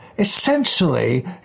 Essentially